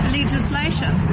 legislation